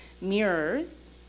mirrors